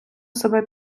себе